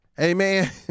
Amen